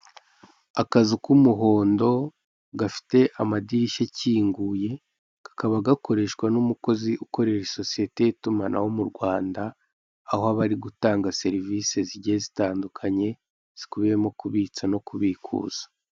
Akazu k'umuhondo gafite amadirishya afunguye kakaba gakoreshwa n'umukozi ukorera sosiyete y'itumanaho mu Rwanda, aho aba ari gutanga serivise zigiye zitandukanye zikubiyemo kubitsa no kubikuza.